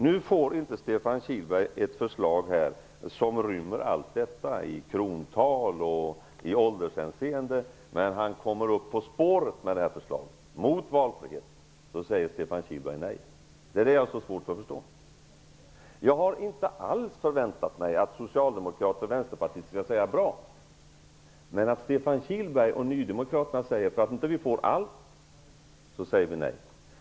Nu får inte Stefan Kihlberg här ett förslag som rymmer allt detta vare sig när det gäller krontalet eller i åldershänseende, men med det här förslaget kommer man ändå upp på spåret mot valfrihet -- men då säger Stefan Kihlberg nej! Det har jag svårt att förstå. Jag hade inte alls väntat mig att socialdemokrater och vänsterpartister skulle säga: Bra! Men jag hade inte heller förväntat att Stefan Kihlberg och nydemokraterna skulle säga: Om vi inte får allt säger vi nej!